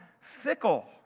fickle